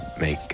make